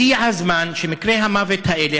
הגיע הזמן שמקרי המוות האלה,